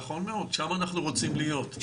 נכון מאוד, שם אנחנו רוצים להיות.